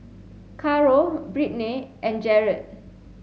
Caro Brittnay and Jarred